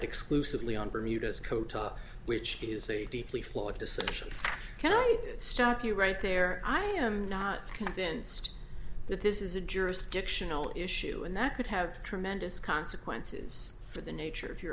exclusively on bermuda's code top which is a deeply flawed decision can i stop you right there i am not convinced that this is a jurisdictional issue and that could have tremendous consequences for the nature of your